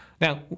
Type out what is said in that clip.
Now